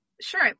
sure